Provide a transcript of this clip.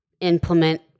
implement